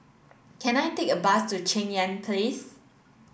can I take a bus to Cheng Yan Place